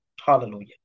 Hallelujah